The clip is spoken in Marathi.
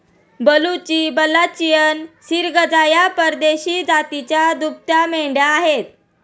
बलुची, बल्लाचियन, सिर्गजा या परदेशी जातीच्या दुभत्या मेंढ्या आहेत